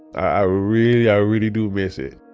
i really i really do miss it.